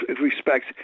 respects